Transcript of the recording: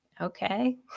okay